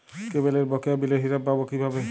কেবলের বকেয়া বিলের হিসাব পাব কিভাবে?